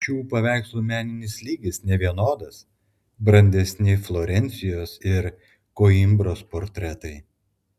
šių paveikslų meninis lygis nevienodas brandesni florencijos ir koimbros portretai